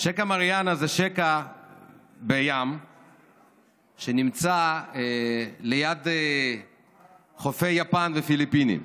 שקע מריאנה זה שקע בים שנמצא ליד חופי יפן והפיליפינים.